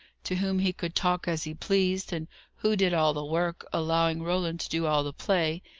to whom he could talk as he pleased, and who did all the work, allowing roland to do all the play,